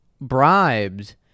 bribed